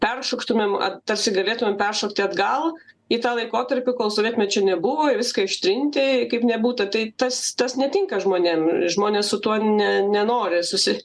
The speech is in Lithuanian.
peršoktumėm tarsi galėtumėm peršokti atgal į tą laikotarpį kol sovietmečio nebuvo ir viską ištrinti kaip nebūta tai tas tas netinka žmonėm žmonės su tuo ne nenori susi